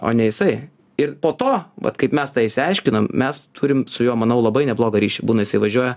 o ne jisai ir po to vat kaip mes tą išsiaiškinom mes turim su juo manau labai neblogą ryšį buna jisai važiuoja